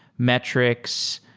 metrics,